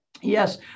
yes